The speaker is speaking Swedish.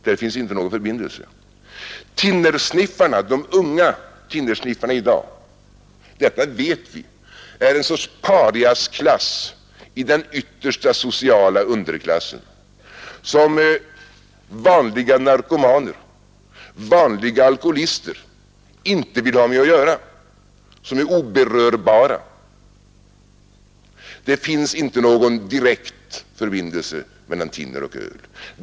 De unga thinnersniffarna i dag är en sorts pariasklass i den yttersta sociala underklassen, som vanliga narkomaner och vanliga alkoholister inte vill ha med att göra, som är oberörbara. Det finns inte någon direkt förbindelse mellan thinner och öl.